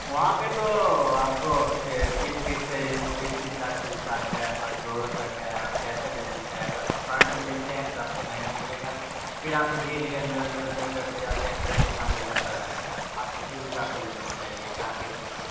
وہاں پہ تو آپ کو ب بیس تیس سے بیس تیس لاکھ سے اشٹارٹ ہے اور کروڑوں تک ہے آپ جیسا زمین چاہیے اگر فرنٹ پہ لیتے ہیں تو آپ کو مہنگا ملے گا پھر آپ کو دھیرے دھیرے اندر اندر اندر کر کے جاتے ہیں تو ریٹ کم ہو جاتا رہے گا آپ کو کس حساب سے زمین چاہیے کہاں پہ چاہیے